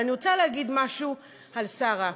אבל אני רוצה להגיד משהו על שרה.